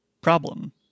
problem